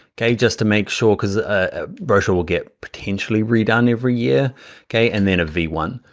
okay just to make sure, cuz ah brochure will get potentially redone every year okay, and then v one,